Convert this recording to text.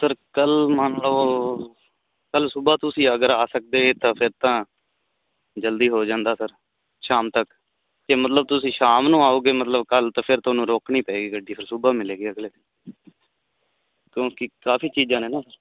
sir ਕੱਲ੍ਹ ਮਤਲਬ ਕੱਲ ਸੁਬਹ ਤੁਸੀਂ ਅਗਰ ਆ ਸਕਦੇ ਤਾਂ ਫਿਰ ਤਾਂ ਜਲਦੀ ਹੋ ਜਾਂਦਾ ਫਿਰ ਸ਼ਾਮ ਤੱਕ ਅਤੇ ਮਤਲਬ ਤੁਸੀਂ ਸ਼ਾਮ ਨੂੰ ਆਓਗੇ ਮਤਲਬ ਕੱਲ ਤੋਂ ਫਿਰ ਤੁਹਾਨੂੰ ਰੋਕਣੀ ਪਏਗੀ ਗੱਡੀ ਫਿਰ ਸੁਬਹਾ ਮਿਲ ਗਿਆ ਅਗਲੇ ਕਿਉਂਕਿ ਕਾਫੀ ਚੀਜ਼ਾਂ ਨੇ ਨਾ